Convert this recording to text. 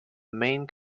main